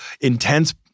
intense